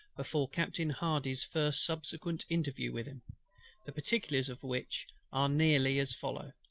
before captain hardy's first subsequent interview with him the particulars of which are nearly as follow.